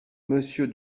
monsieur